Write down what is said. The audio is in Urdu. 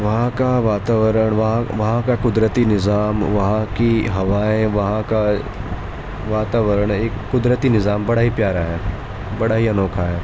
وہاں کا واتاورن وہاں وہاں کا قدرتی نظام وہاں کی ہوائیں وہاں کا واتاورن ایک قدرتی نظام بڑا ہی پیارا ہے بڑا ہی انوکھا ہے